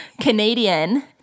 Canadian